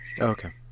Okay